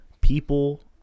People